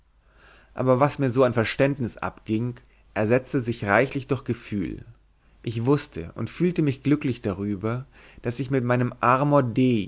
aber was mir so an verständnis abging ersetzte sich reichlich durch gefühl ich wußte und fühlte mich glücklich darüber daß ich mit meinem amor